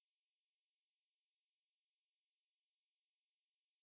I very long never eat 那个那辣辣椒螃蟹